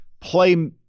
play –